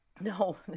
No